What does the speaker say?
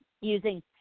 using